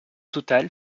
total